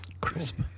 Crisp